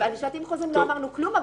על משפטים חוזרים לא אמרנו כלום.